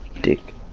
Dick